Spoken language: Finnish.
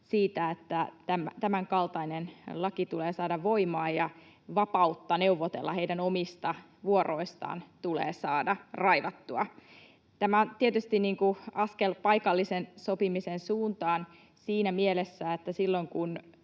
siitä, että tämänkaltainen laki tulee saada voimaan ja vapautta neuvotella heidän omista vuoroistaan tulee saada raivattua. Tämä on tietysti askel paikallisen sopimisen suuntaan siinä mielessä, että silloin kun